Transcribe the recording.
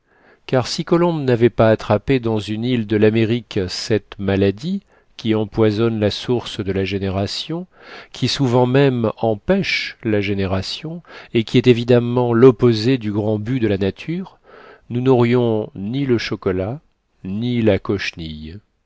car si colomb n'avait pas attrapé dans une île de l'amérique cette maladie qui empoisonne la source de la génération qui souvent même empêche la génération et qui est évidemment l'opposé du grand but de la nature nous n'aurions ni le chocolat ni la cochenille